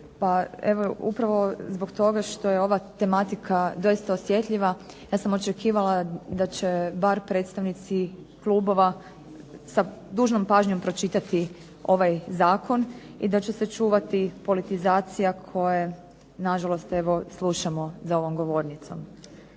Pa upravo zbog toga što je ova problematika osjetljiva ja sam očekivala da će bar predstavnici klubova sa dužnom pažnjom pročitati ovaj Zakon i da će se čuvati politizacija koju na žalost slušamo za ovom govornicom.